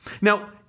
Now